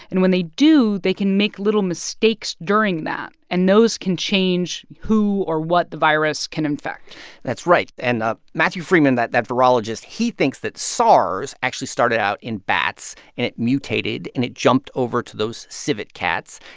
and when they do, they can make little mistakes during that. and those can change who or what the virus can infect that's right. and matthew frieman, that that virologist he thinks that sars actually started out in bats, and it mutated, and it jumped over to those civet cats.